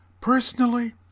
Personally